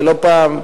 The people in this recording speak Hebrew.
ולא פעם,